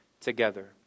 together